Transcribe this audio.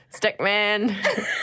Stickman